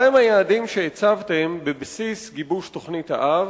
מהם היעדים שהצבתם בבסיס גיבוש תוכנית-האב,